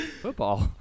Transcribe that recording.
Football